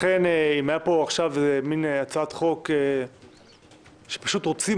לכן, אם הייתה פה הצעת חוק שפשוט רוצים